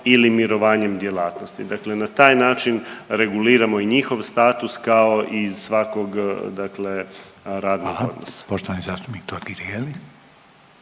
ili mirovanjem djelatnosti. Dakle, na taj način reguliramo i njihov status kao iz svakog radnog odnosa.